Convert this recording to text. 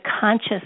conscious